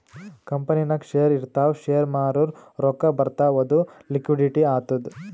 ಕಂಪನಿನಾಗ್ ಶೇರ್ ಇರ್ತಾವ್ ಶೇರ್ ಮಾರೂರ್ ರೊಕ್ಕಾ ಬರ್ತಾವ್ ಅದು ಲಿಕ್ವಿಡಿಟಿ ಆತ್ತುದ್